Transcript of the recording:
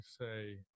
say